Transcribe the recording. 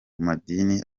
madini